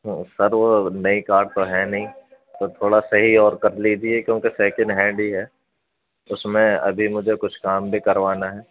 سر وہ نئی کار تو ہے نہیں تو تھوڑا صحیح اور کر لیجیے کیونکہ سیکنڈ ہینڈ ہی ہے اس میں ابھی مجھے کچھ کام بھی کروانا ہے